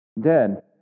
Dead